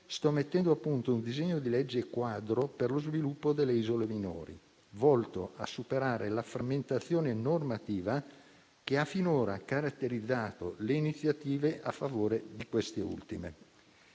sto mettendo a punto un disegno di legge quadro per lo sviluppo delle isole minori, volto a superare la frammentazione normativa che finora ha caratterizzato le iniziative a favore di queste ultime.